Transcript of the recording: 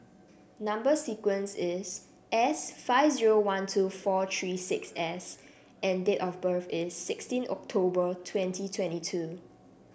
number sequence is S five zero one two four three six S and date of birth is sixteen October twenty twenty two